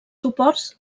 suports